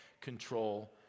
control